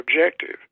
objective